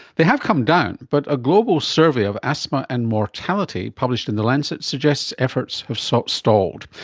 they have come down, but a global survey of asthma and mortality published in the lancet suggests efforts have so stalled.